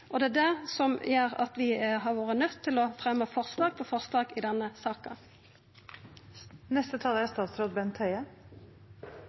Det er det som gjer at vi har vore nøydde til å fremja forslag på forslag i denne saka. Nei, ingen av dem som representanten viser til, driver med stråmannsargumentasjon. Det er